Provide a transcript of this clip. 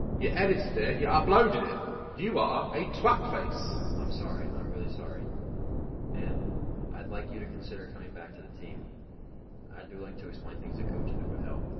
you edited it, yeah uploaded it you are a twatface. i'm sorry, i'm really sorry and i'd like you to consider coming back to the team i'd be willing to explain things to coach if it but helped.